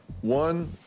One